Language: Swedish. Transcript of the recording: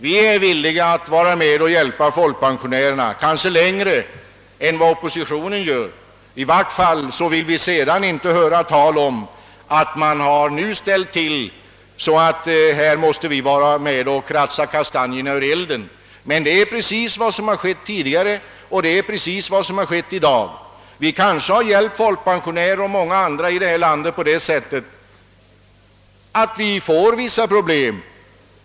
Vi är villiga att vara med att hjälpa folkpensionärerna, kanske mer än oppositionen. I varje fall vill vi inte höra talas om att socialdemokraterna, när vi ger denna hjälp, ställt till så, att oppositionen måste vara med och kratsa kastanjerna ur elden. Det är precis vad som skett tidigare liksom också i dag. Vi kanske har hjälpt folkpensionärer och andra så, att det också har uppstått vissa problem.